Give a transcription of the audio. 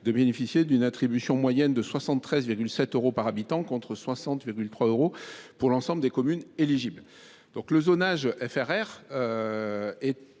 de bénéficier d’une attribution moyenne de 73,7 euros par habitant, contre 60,3 euros par habitant pour l’ensemble des communes éligibles.